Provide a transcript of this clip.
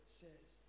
says